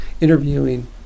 interviewing